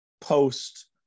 post